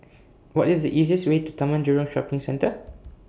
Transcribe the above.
What IS The easiest Way to Taman Jurong Shopping Centre